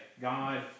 God